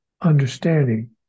understanding